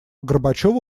горбачёву